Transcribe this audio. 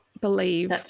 believe